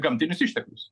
gamtinius išteklius